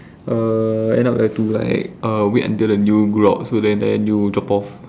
uh end up have to like err wait until the nail grow out so the entire nail drop off